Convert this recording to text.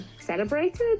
celebrated